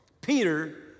Peter